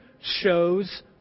shows